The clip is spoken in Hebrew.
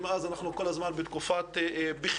ומאז אנחנו כל הזמן בתקופת בחירות.